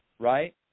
Right